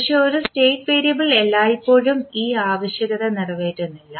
പക്ഷേ ഒരു state variable എല്ലായ്പ്പോഴും ഈ ആവശ്യകത നിറവേറ്റുന്നില്ല